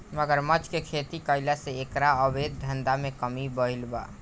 मगरमच्छ के खेती कईला से एकरा अवैध धंधा में कमी आईल बा